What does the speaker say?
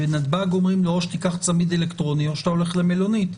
ובנתב"ג אומרים לו: או שתיקח צמיד אלקטרוני או שאתה הולך למלונית,